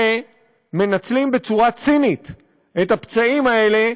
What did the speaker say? מנצלים בצורה צינית את הפצעים האלה,